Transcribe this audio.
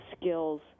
skills